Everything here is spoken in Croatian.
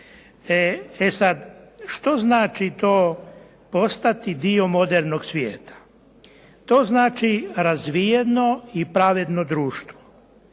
što znači to postati dio modernog svijeta. To znači razvijeno i pravedno društvo.